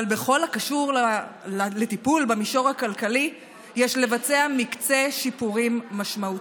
אבל בכל הקשור לטיפול במישור הכלכלי יש לבצע מקצה שיפורים משמעותי.